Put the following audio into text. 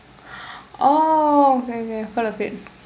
oh okay okay I've heard of it